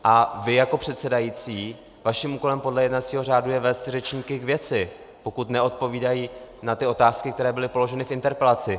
A vy jako předsedající, vaším úkolem podle jednacího řádu je vést řečníky k věci, pokud neodpovídají na otázky, které byly položeny v interpelaci.